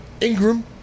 Ingram